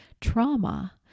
trauma